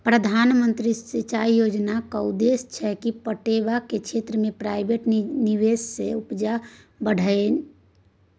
प्रधानमंत्री सिंचाई योजनाक उद्देश्य छै पटेबाक क्षेत्र मे प्राइवेट निबेश सँ उपजा बढ़ेनाइ